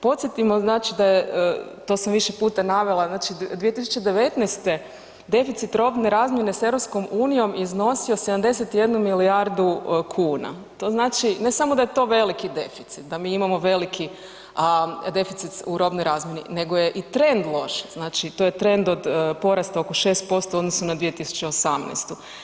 Podsjetimo, znači da je, to sam više puta navela, znači 2019. deficit robne razmjene s EU je iznosio 71 milijardu kuna, to znači ne samo da je to veliki deficit, da mi imamo veliki, a deficit u robnoj razmjeni, nego je i trend loš, znači to je trend od porasta oko 6% u odnosu na 2018.